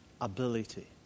ability